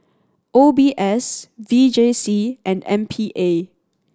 O B S V J C and M P A